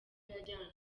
yajyanywe